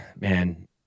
man